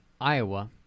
Iowa